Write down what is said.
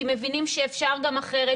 כי מבינים שאפשר גם אחרת.